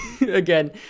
again